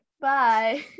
Bye